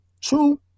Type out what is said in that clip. true